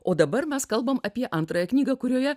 o dabar mes kalbam apie antrąją knygą kurioje